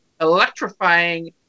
electrifying